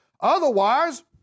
Otherwise